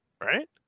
right